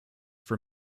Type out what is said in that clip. for